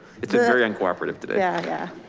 it's a very uncooperative today. yeah. yeah.